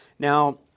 Now